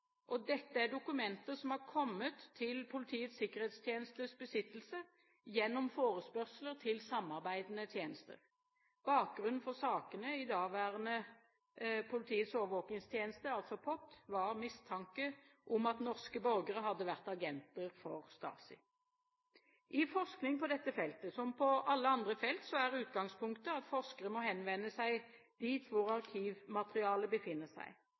Rosenholz-filene. Dette er dokumenter som har kommet i Politiets sikkerhetstjenestes besittelse gjennom forespørsler til samarbeidende tjenester. Bakgrunnen for sakene i daværende Politiets overvåkingstjeneste, POT, var mistanke om at norske borgere hadde vært agenter for Stasi. I forskning på dette feltet, som på alle andre felt, er utgangspunktet at forskere må henvende seg dit hvor arkivmaterialet befinner seg.